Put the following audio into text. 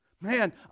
Man